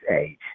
age